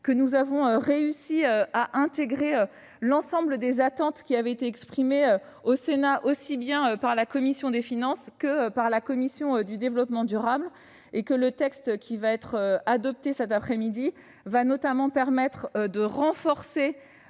que nous avons réussi à intégrer l'ensemble des attentes qui avaient été exprimées au Sénat, aussi bien par la commission des finances que par la commission du développement durable. Le texte qui sera adopté cette après-midi permettra notamment de renforcer